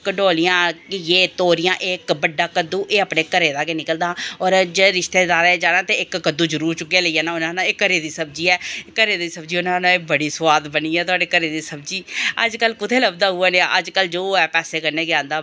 कंडोलियां घिये तोरियां इक बड्डा कद्दू अपने घरै दा गै निकलदा हा होर जे रिस्तेदारें दे जाना ते इक कद्दू जरूर चुक्कियै लेई जाना उ'नें आखना एह् घरै दी सब्जी ऐ उ'नें आखना एह् बड़ी सोआद बनी ऐ थोआड़े घरै दी सब्जी अज्ज कल कुत्थें लभदा उऐ लेहा अज्ज कल जो ऐ पैसे कन्नै गै आंदा